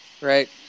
Right